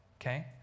okay